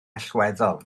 allweddol